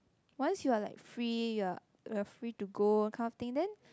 once you are like free you're you are free to go kind of thing then